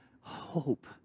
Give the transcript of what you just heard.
hope